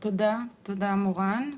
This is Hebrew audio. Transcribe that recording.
תודה, מורן.